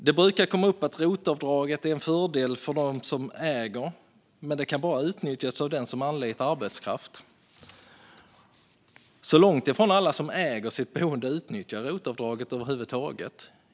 Det brukar komma upp att rotavdraget är en fördel för dem som äger, men det kan bara utnyttjas av den som anlitar arbetskraft. Långt ifrån alla som äger sitt boende utnyttjar rotavdraget.